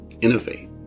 innovate